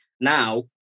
Now